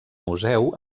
museu